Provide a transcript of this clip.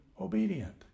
obedient